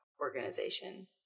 organization